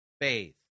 faith